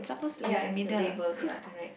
ya is a label ya correct